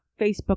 Facebook